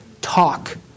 talk